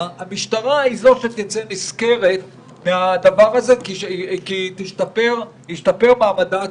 המשטרה היא זו שתצא נשכרת כי ישתפר מעמדה הציבורי.